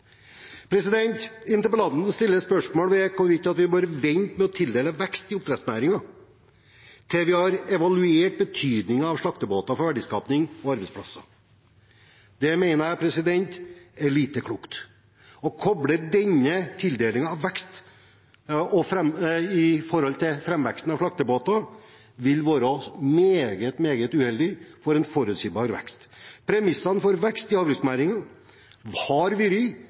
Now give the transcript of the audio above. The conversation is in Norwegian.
Interpellanten stiller spørsmål om hvorvidt vi bør vente med å tildele vekst i oppdrettsnæringen til vi har evaluert betydningen av slaktebåter for verdiskaping og arbeidsplasser. Det mener jeg er lite klokt. Å koble denne tildelingen av vekst med framveksten av slaktebåter vil være meget, meget uheldig for en forutsigbar vekst. Premissene for vekst i havbruksnæringen har